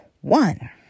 One